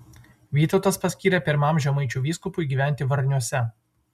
vytautas paskyrė pirmam žemaičių vyskupui gyventi varniuose